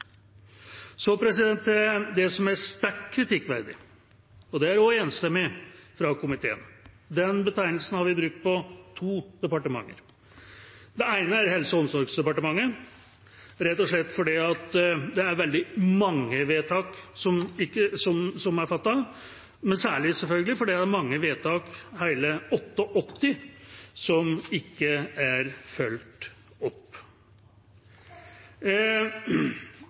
Så til det som er sterkt kritikkverdig, og det er også enstemmig fra komiteen. Den betegnelsen har vi brukt på to departement. Det ene er Helse- og omsorgsdepartementet – rett og slett fordi det er veldig mange vedtak som er fattet, men særlig, selvfølgelig, fordi det er mange vedtak, hele 88, som ikke er fulgt opp.